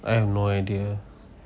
I have no idea